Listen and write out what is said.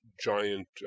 giant